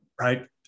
right